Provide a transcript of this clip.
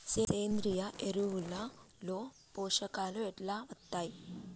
సేంద్రీయ ఎరువుల లో పోషకాలు ఎట్లా వత్తయ్?